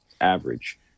average